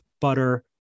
butter